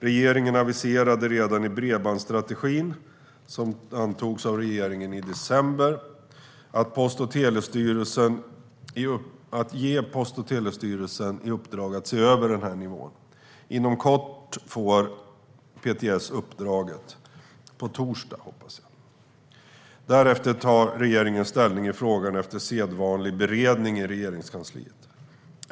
Regeringen aviserade redan i bredbandsstrategin, som antogs av regeringen i december, att ge Post och telestyrelsen i uppdrag att se över denna nivå. Inom kort - på torsdag, hoppas jag - får PTS uppdraget. Därefter tar regeringen ställning i frågan efter sedvanlig beredning i Regeringskansliet.